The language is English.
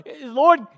Lord